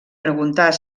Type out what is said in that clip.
preguntar